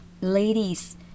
ladies